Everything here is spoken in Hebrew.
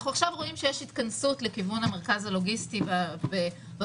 עכשיו אנחנו רואים שיש התכנסות לכיוון המרכז הלוגיסטי במשטרה,